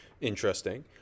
Interesting